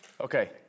Okay